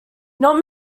not